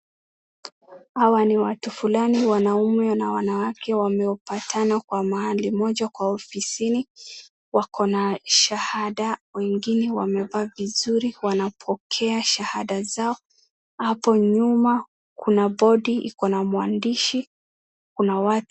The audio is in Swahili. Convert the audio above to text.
Hawa ni watu fulani, wanaume na wanawake wamepatana kwa mahali moja kwa ofisini wako na shahada wengine wamevaa vizuri wanapokea shahada zao hapo nyuma kuna mwandishi kuna watu.